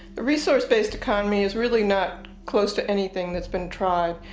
the resource based economy is really not close to anything that's been tried.